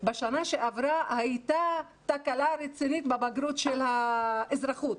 בשנה שעברה הייתה תקלה רצינית בבגרות של האזרחות.